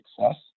success